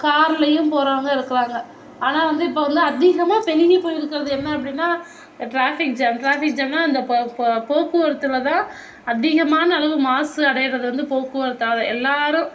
கார்லேயும் போகிறவுங்க இருக்கிறாங்க ஆனால் வந்து இப்போ வந்து அதிகமாக பெருகி போயிருக்கிறது என்ன அப்படினா ட்ராபிக் ஜாம் ட்ராபிக் ஜாம்னால் இந்த போ போக்குவரத்தில்தான் அதிகமான அளவு மாசு அடைகிறது வந்து போக்குவரத்தால் எல்லாேரும்